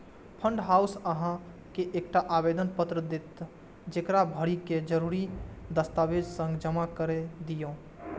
fund house अहां के एकटा आवेदन पत्र देत, जेकरा भरि कें जरूरी दस्तावेजक संग जमा कैर दियौ